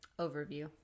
overview